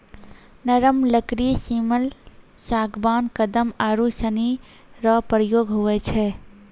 नरम लकड़ी सिमल, सागबान, कदम आरू सनी रो प्रयोग हुवै छै